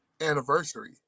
anniversary